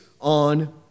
on